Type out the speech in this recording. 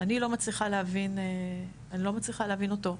אני לא מצליחה להבין, אני לא מצליחה להבין אותו.